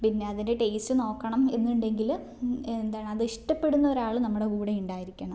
പിന്നെ അതിൻ്റെ ടേസ്റ്റ് നോക്കണം എന്നുണ്ടെങ്കിൽ എന്താണ് അത് ഇഷ്ടപ്പെടുന്ന ഒരാൾ നമ്മുടെ കൂടെ ഉണ്ടായിരിക്കണം